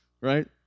right